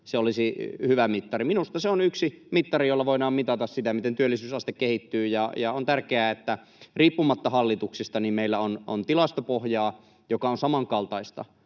se olisi hyvä mittari. Minusta se on yksi mittari, jolla voidaan mitata sitä, miten työllisyysaste kehittyy. Ja on tärkeää, että riippumatta hallituksista meillä on tilastopohjaa, joka on samankaltaista,